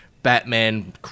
batman